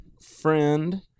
friend